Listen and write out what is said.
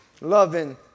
Loving